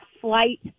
flight